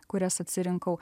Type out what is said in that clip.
kurias atsirinkau